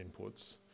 inputs